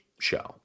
show